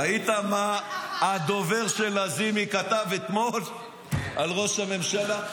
ראית מה הדובר של לזימי כתב אתמול על ראש הממשלה?